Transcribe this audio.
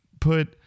put